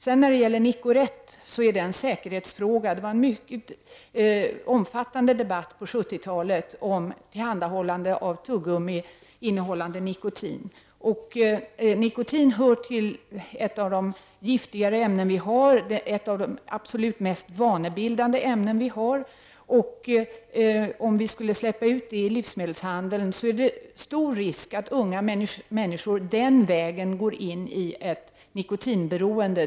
Frågan om Nicorette är en säkerhetsfråga. Det fördes en mycket omfattande debatt på 70-talet om tillhandahållande av tuggummi innehållande nikotin. Nikotin är ett av de giftigaste ämnena som finns. Det är ett av de mest vanebildande ämnena. Om detta medel skulle släppas ut i livsmedelshandeln, är det stor risk att unga människor den vägen kommer in i ett nikotinberoende.